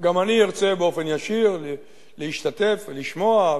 גם אני ארצה באופן ישיר להשתתף ולשמוע,